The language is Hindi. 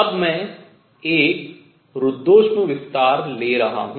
अब मैं एक रुद्धोष्म विस्तार ले रहा हूँ